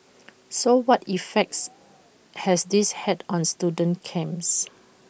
so what effects has this had on student camps